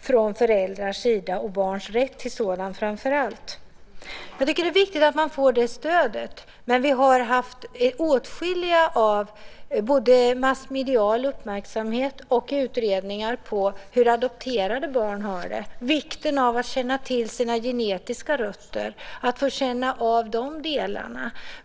från föräldrarna, och framför allt när det gäller barns rätt till sådant. Jag tycker att det är viktigt att man får det stödet. Vi har haft åtskillig massmedial uppmärksamhet på och utredningar av hur adopterade barn har det. Det har talats om vikten av att känna till sina genetiska rötter.